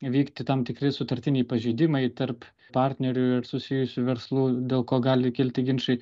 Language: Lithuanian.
vykti tam tikri sutartiniai pažeidimai tarp partnerių ir susijusių verslų dėl ko gali kilti ginčai